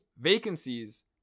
vacancies